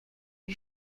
lui